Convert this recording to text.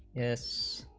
s